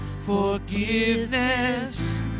Forgiveness